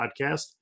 podcast